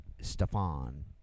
Stefan